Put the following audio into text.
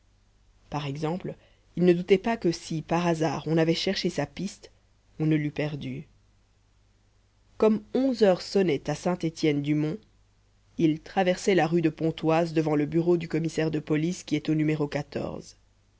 par exemple il ne doutait pas que si par hasard on avait cherché sa piste on ne l'eût perdue comme onze heures sonnaient à saint etienne du mont il traversait la rue de pontoise devant le bureau du commissaire de police qui est au